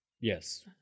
Yes